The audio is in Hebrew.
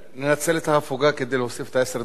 ננצל את ההפוגה כדי להוסיף את עשר הדקות